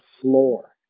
floor